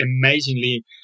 amazingly